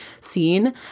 scene